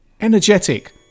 energetic